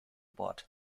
bord